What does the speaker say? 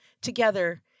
together